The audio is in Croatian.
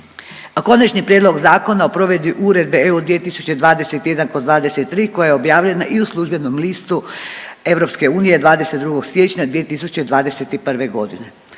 Konačni prijedlog Zakona o provedbi Uredbe 2021/23 koja je objavljena i u Službenom listu EU 22. siječnja 2021. godine.